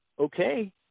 okay